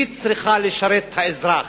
היא צריכה לשרת את האזרח,